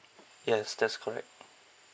yes that's correct